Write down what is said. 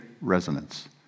resonance